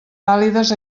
vàlides